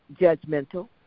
judgmental